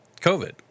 COVID